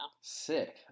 sick